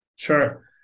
Sure